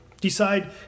Decide